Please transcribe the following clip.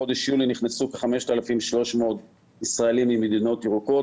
בחודש יוני נכנסו כ-5,300 ישראלים ממדינות ירוקות,